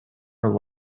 are